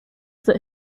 that